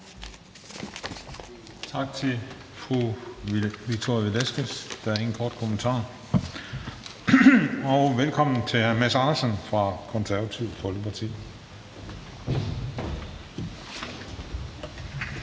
Tak til fru Victoria Velasquez. Der er ingen korte bemærkninger. Velkommen til hr. Mads Andersen fra Det Konservative Folkeparti.